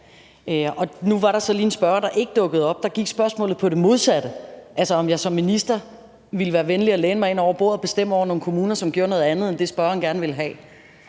Nu var der så lige en spørger, der ikke dukkede op. Der gik spørgsmålet på det modsatte, altså om jeg som minister ville være venlig at læne mig ind over bordet og bestemme over nogle kommuner, som gjorde noget andet end det, spørgeren gerne ville have.